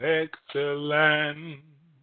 excellent